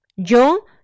Yo